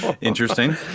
Interesting